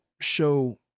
show